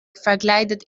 verkleidet